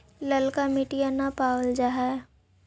ललका मिटीया न पाबल जा है?